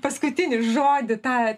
paskutinį žodį tą